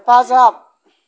हेफाजाब